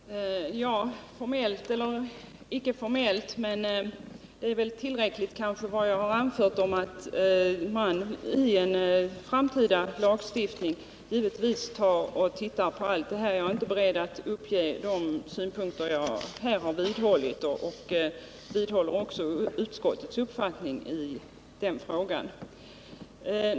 Herr talman! Formellt eller icke formellt — det jag har sagt om att man i en framtida lagstiftning givetvis kan se över allt det här är väl kanske tillräckligt. Jag är inte beredd att ge upp de synpunkter jag här har framfört. Jag vidhåller utskottets uppfattning i den frågan.